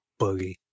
boogie